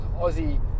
Aussie